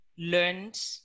learned